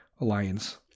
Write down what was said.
alliance